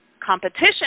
competition